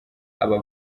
aba